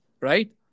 right